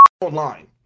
online